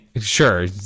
sure